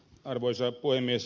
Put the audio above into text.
arvoisa puhemies